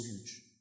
huge